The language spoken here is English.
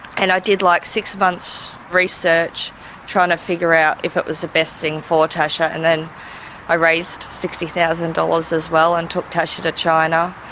and i did like six months' research trying to figure out if it was the best thing for tasha. and then i raised sixty thousand dollars as well and took tasha to china.